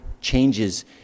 changes